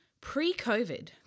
Pre-COVID